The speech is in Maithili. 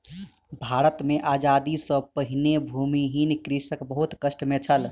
भारत मे आजादी सॅ पहिने भूमिहीन कृषक बहुत कष्ट मे छल